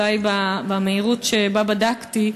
אולי במהירות שבה בדקתי,